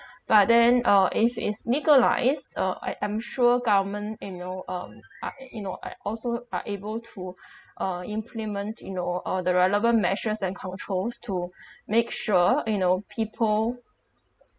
but then uh if is legalised uh I I'm sure government you know um ah y~ you know eh also are able to uh implement you know uh the relevant measures and controls to make sure you know people